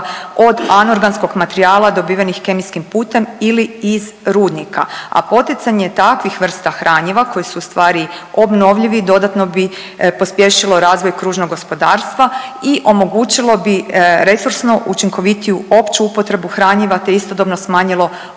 od anorganskog materijala dobivenih kemijskim putem ili iz rudnika, a poticanje takvih vrsta hranjiva koji su ustvari obnovljivi dodatno bi pospješilo razvoj kružnog gospodarstva i omogućilo bi resursno učinkovitiju opću upotrebu hranjiva, te istodobno smanjilo ovisnost